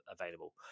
available